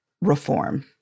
reform